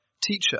Teacher